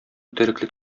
тереклек